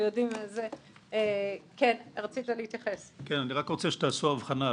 אני רק רוצה שתעשו הבחנה,